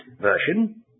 version